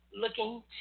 looking